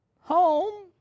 home